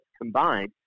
combined